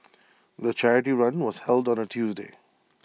the charity run was held on A Tuesday